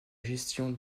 gestion